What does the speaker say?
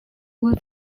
was